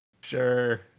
Sure